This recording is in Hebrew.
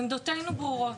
עמדותינו ברורות.